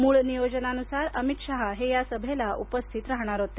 मूळ नियोजनानुसार अमित शहा हे या सभेला उपस्थित राहणार होते